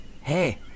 Hey